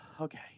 Okay